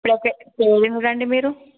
ఇప్పుడు ఓకే ఇప్పుడూ ఏం ఊరు అండి మీరూ